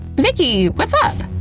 vicky! what's up?